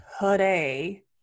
today